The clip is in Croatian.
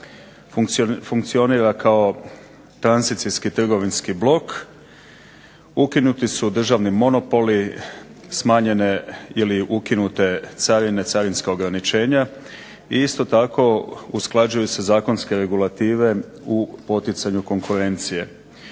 funkcionira kao tranzicijski trgovinski blok, ukinuti su državni monopoli, smanjenje ili ukinute carine i carinska ograničenja i isto tako usklađuju se zakonske regulative u poticanju konkurencije.